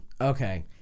Okay